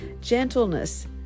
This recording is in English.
gentleness